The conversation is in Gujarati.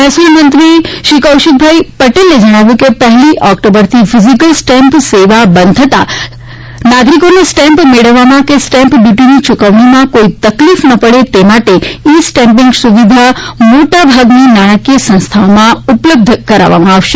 મહેસિલ મંત્રીશ્રી કૌશિક પટેલે કહ્યું છે કે પહેલી ઓક્ટોબરથી ફીઝીકલ સ્ટેમ્પ સેવા બંધ થતા નાગરીકોને સ્ટેમ્પ મેળવવામાં કે સ્ટેમ્પ ડ્યુટીની ચૂકવણીમાં કોઇ તકલીફ ના પડે તે માટે ઈ સ્ટેમ્પીંગ સુવિધા મોટાભાગે નાણાકીય સંસ્થાઓમાં ઉપલબ્ધ કરવામાં આવશે